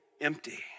empty